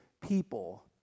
people